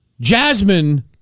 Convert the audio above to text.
Jasmine